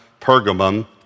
Pergamum